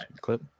clip